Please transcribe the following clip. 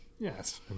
yes